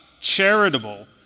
charitable